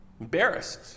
embarrassed